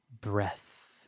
breath